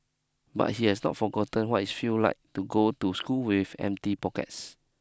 but he has not forgotten what it feel like to go to school with empty pockets